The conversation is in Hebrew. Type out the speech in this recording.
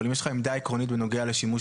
אבל אם יש לך עמדה עקרונית בנוגע לשימוש